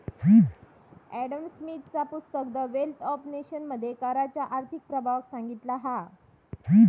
Adam स्मिथचा पुस्तक the wealth of nation मध्ये कराच्या आर्थिक प्रभावाक सांगितला हा